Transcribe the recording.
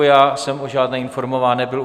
Já jsem o žádné informován nebyl.